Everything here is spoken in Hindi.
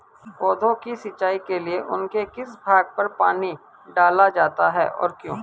पौधों की सिंचाई के लिए उनके किस भाग पर पानी डाला जाता है और क्यों?